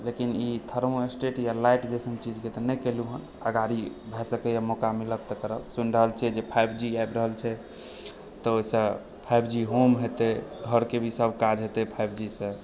लेकिन ई थर्मोस्टेट या लाइट जैसन चीजके तऽ नहि कयलहुँ हन अगाड़ी भए सकैए मौका मिलत तऽ सुनि रहल छी फाइव जी आबि रहल छै तऽ ओहिसँ फाइव जी होम हेतै घरके सभ काज हेतै फाइव जीसँ